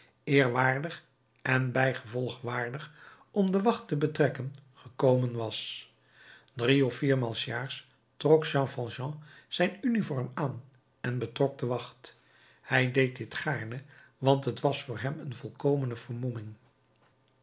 eerwaardig en bijgevolg waardig om de wacht te betrekken gekomen was drie of viermaal s jaars trok jean valjean zijn uniform aan en betrok de wacht hij deed dit gaarne want t was voor hem een volkomene vermomming